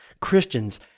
Christians